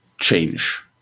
change